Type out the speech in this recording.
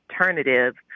alternative